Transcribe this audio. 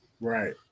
Right